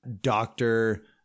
doctor